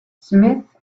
smith